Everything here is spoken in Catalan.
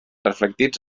reflectits